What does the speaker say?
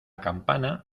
campana